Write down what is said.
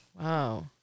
Wow